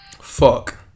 Fuck